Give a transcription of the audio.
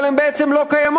אבל הן בעצם לא קיימות.